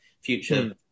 future